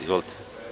Izvolite.